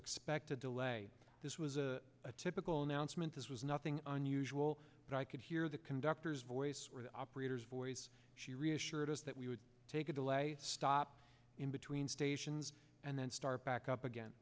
expect a delay this was a a typical announcement this was nothing unusual but i could hear the conductors voice or the operators voice she reassured us that we would take a delay stop in between stations and then start back up again